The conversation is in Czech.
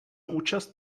účast